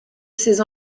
ses